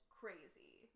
crazy